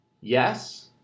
Yes